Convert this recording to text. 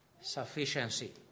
sufficiency